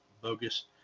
bogus